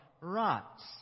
Rots